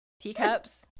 teacups